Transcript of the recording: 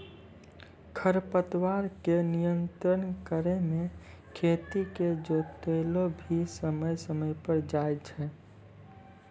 खरपतवार के नियंत्रण करै मे खेत के जोतैलो भी समय समय पर जाय छै